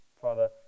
Father